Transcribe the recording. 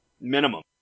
Minimum